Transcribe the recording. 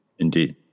Indeed